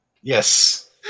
Yes